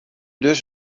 dus